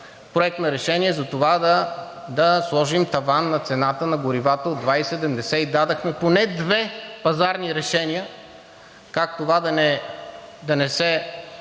Проект на решение за това да сложим таван на цената на горивата от 2,70 лв. и дадохме поне две пазарни решения как това да не се